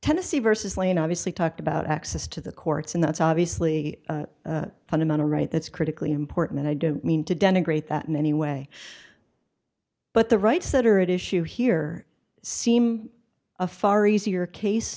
tennessee versus lane obviously talked about access to the courts and that's obviously a fundamental right that's critically important and i don't mean to denigrate that in any way but the rights that are at issue here seem a far easier case